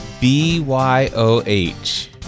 B-Y-O-H